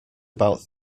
about